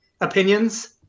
opinions